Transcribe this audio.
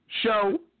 show